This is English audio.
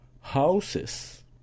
houses